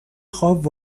خواب